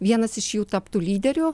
vienas iš jų taptų lyderiu